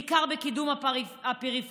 בעיקר בקידום הפריפריה,